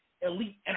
Elite